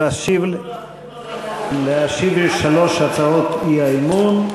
להשיב על שלוש הצעות האי-אמון.